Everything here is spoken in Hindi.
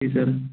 जी सर